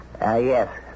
yes